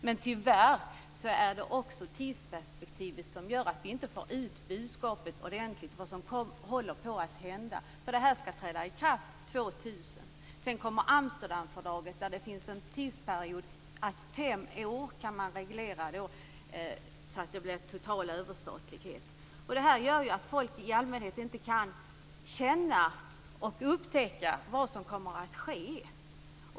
Men tyvärr är det också tidsperspektivet som gör att vi inte får ut budskapet ordentligt om vad som håller på att hända. För det här skall träda i kraft år 2000. Sedan kommer Amsterdamfördraget, där det finns en tidsperiod om att man på fem år kan reglera så att det blir total överstatlighet. Det här gör att folk i allmänhet inte kan känna och upptäcka vad som kommer att ske.